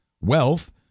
wealth